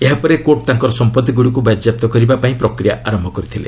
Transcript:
ଏହାପରେ କୋର୍ଟ ତାଙ୍କର ସମ୍ପଭିଗୁଡ଼ିକୁ ବାଜ୍ୟାପ୍ତ କରିବାପାଇଁ ପ୍ରକ୍ରିୟା ଆରମ୍ଭ କରିଥିଲେ